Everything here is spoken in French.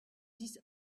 dix